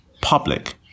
public